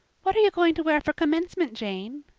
what are you going to wear for commencement, jane?